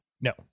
no